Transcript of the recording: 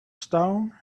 stone